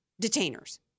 detainers